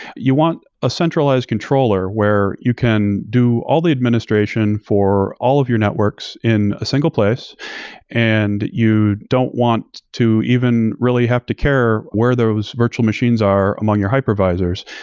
you want a centralized controller where you can do all the administration for all of your networks in a single place and you don't want to even really have to care where those virtual machines are among your hypervisors,